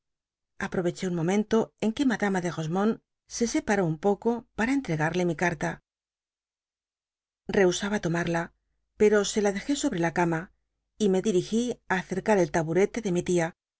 aproveché mi momento en que madama de rofieatnonde se separó un poco ara entregarle mi carta rehusslia tomarla pero se la dejé sobre la cama y me dirigí á acercar el taburete de mi tia